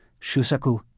Shusaku